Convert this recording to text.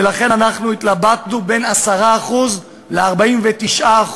ולכן התלבטנו בין 10% ל-49%,